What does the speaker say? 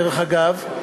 דרך אגב,